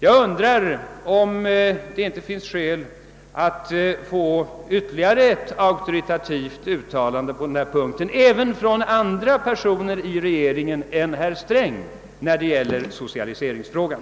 Jag undrar om det inte finns skäl att få ytterligare ett auktoritativt uttalande på denna punkt även från andra personer i regeringen än herr Sträng när det gäller socialiseringsfrågan.